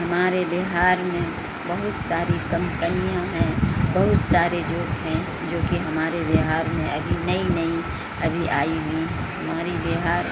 ہمارے بہار میں بہت ساری کمپنیاں ہیں بہت سارے لوگ ہیں جو کہ ہمارے بہار میں ابھی نئی نئی ابھی آئی ہوئی ہماری بہار